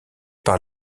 par